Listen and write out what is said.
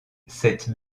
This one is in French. cette